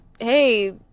hey